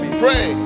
pray